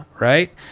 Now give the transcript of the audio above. right